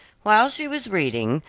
while she was reading,